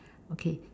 okay